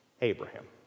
Abraham